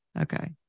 Okay